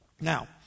Now